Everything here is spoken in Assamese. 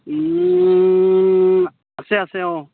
আছে আছে অঁ